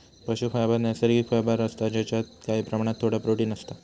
पशू फायबर नैसर्गिक फायबर असता जेच्यात काही प्रमाणात थोडा प्रोटिन असता